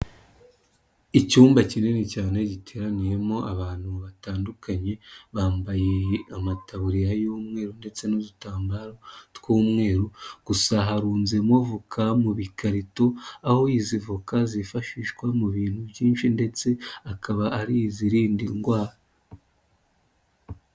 Icyumba kinini cyane giteraniyemo abantu batandukanye, bambaye amataburiya y'umweru ndetse n'udutambaro tw'umweru, gusa harunzemo voka mu bikarito, aho izi voka zifashishwa mu bintu byinshi ndetse akaba ari izirinda indwara.